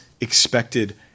expected